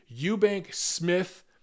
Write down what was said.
Eubank-Smith